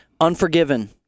Unforgiven